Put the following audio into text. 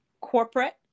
corporate